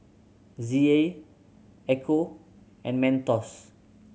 Z A Ecco and Mentos